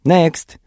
Next